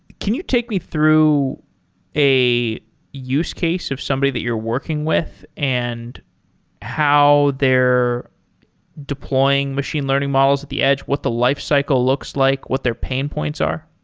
can you take me through a use case of somebody that you're working with and how they're deploying machine learning models at the edge? what the lifecycle looks like? what their pain points are?